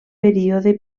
període